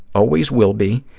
always will be,